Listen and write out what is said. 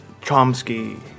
Chomsky